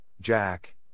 jack